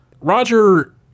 roger